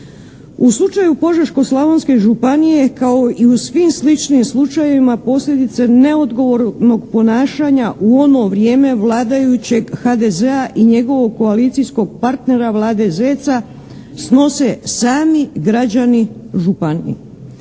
U slučaju Požeško-slavonske županije kao i u svim sličnim slučajevima posljedice neodgovornog ponašanja u ono vrijeme vladajućeg HDZ-a i njegovog koalicijskog partnera Vlade Zeca snose sami građani županije.